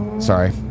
Sorry